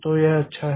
तो यह अच्छा है